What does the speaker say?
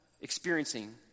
experiencing